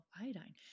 iodine